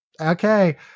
Okay